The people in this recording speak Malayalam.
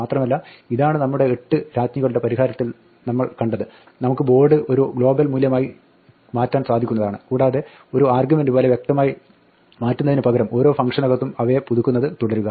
മാത്രമല്ല ഇതാണ് നമ്മുടെ എട്ട് രാജ്ഞികളുടെ പരിഹാരത്തിൽ നമ്മൾ കണ്ടത് നമുക്ക് ബോർഡ് ഒരു ഗ്ലോബൽ മൂല്യമായി മാറ്റാൻ സാധിക്കുന്നതാണ് കൂടാതെ ഒരു ആർഗ്യുമെന്റ് പോലെ വ്യക്തമായി കൈമാറുന്നതിന് പകരം ഓരോ ഫംഗ്ഷനകത്തും അവയെ പുതുക്കുന്നത് തുടരുക